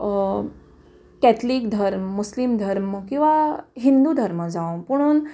Catholic धर्म मुस्लीम धर्म किंवां हिंदू धर्म जावं पुणून